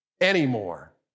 anymore